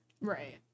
Right